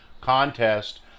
contest